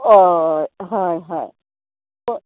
हय हय हय प